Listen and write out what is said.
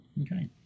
okay